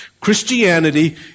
Christianity